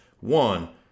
One